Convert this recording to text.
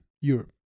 Europe